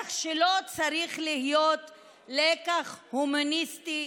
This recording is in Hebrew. הלקח שלו צריך להיות לקח הומניסטי,